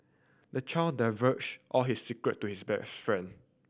the child divulged all his secret to his best friend